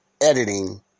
editing